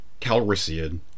Calrissian